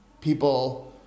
People